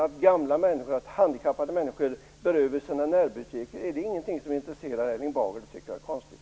Att gamla och handikappade människor behöver sina närbutiker, är det ingenting som intresserar Erling Bager? Det tycker jag i så fall är konstigt.